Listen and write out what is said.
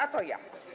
A to ja.